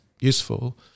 useful